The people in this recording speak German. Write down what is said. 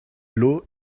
lou